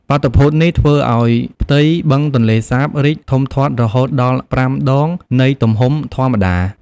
បាតុភូតនេះធ្វើឱ្យផ្ទៃបឹងទន្លេសាបរីកធំធាត់រហូតដល់ប្រាំដងនៃទំហំធម្មតា។